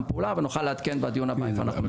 פעולה ונוכל לעדכן בדיון הבא איפה אנחנו עומדים.